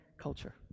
culture